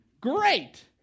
great